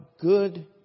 good